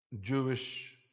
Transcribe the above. Jewish